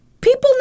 people